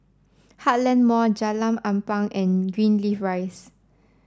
Heartland Mall Jalan Ampang and Greenleaf Rise